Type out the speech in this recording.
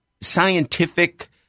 scientific